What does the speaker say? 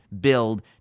build